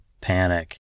panic